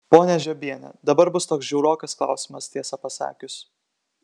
ponia žiobiene dabar bus toks žiaurokas klausimas tiesą pasakius